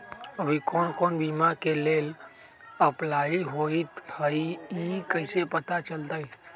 अभी कौन कौन बीमा के लेल अपलाइ होईत हई ई कईसे पता चलतई?